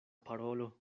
parolo